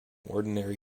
ordinary